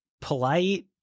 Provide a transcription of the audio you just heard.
polite